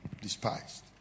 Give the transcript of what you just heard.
Despised